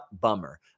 bummer